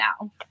now